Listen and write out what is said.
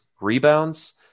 rebounds